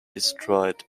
destroyed